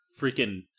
freaking